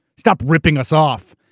stop ripping us off.